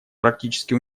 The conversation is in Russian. практически